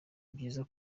byiza